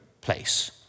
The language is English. place